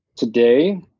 Today